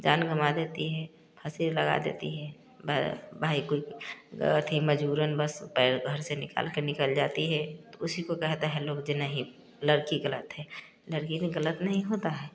जान गवां देती हैं फांसी लगा देती हैं भा भाई कोई गलत ही मजबूरन बस ये घर से निकाल के निकल जाती हैं उसे को ही कहते हैं लोग जे नहीं लड़की गलत है लड़की कहीं गलत नहीं होता